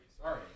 Sorry